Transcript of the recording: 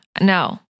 No